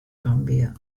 gambia